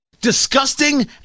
Disgusting